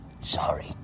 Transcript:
Sorry